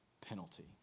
penalty